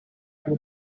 two